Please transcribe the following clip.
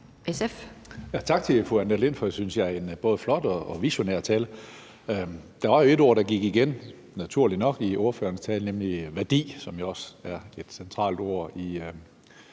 (SF): Tak til fru Annette Lind for en, synes jeg, både flot og visionær tale. Der var et ord, der naturligt nok gik igen i ordførerens tale, nemlig værdi, som jo også er et centralt ord i